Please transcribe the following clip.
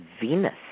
Venus